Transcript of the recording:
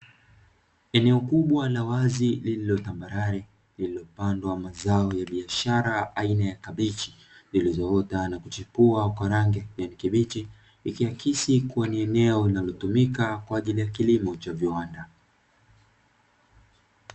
Eneo kubwa la wazi lililo tambarare lililopandwa mazao ya biashara aina ya kabichi zilizoota na kuchipua kwa rangi ya kijani kibichi, likiakisi kuwa ni eneo linalotumika kwa ajili ya kilimo cha viwanda.